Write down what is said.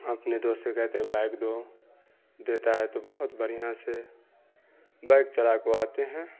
ہم اپنے دوست سے کہتے ہیں بائک دو دیتا ہے تو بہت بڑھیاں ہے بائک چلا کو آتے ہیں